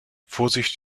vorsicht